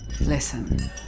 Listen